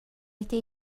wedi